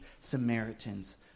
Samaritans